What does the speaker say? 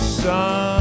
sun